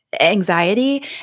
anxiety